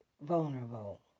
vulnerable